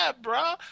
bro